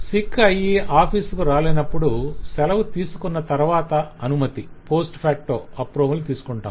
sick అయి office కు రాలేనప్పుడు సెలవు తీసుకొన్నతరవాత అనుమతి తీసుకుంటాం